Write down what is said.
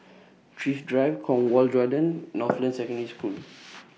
Thrift Drive Cornwall Gardens Northland Secondary School